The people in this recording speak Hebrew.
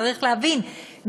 צריך להבין,